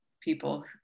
people